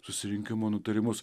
susirinkimo nutarimus